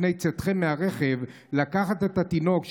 לקחת לפני צאתכם מהרכב את התינוק,